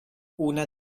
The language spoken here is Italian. una